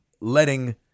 letting